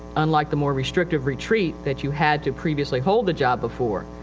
unlike the more restrictive retreat that you had to previously hold the job before.